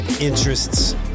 interests